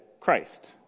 Christ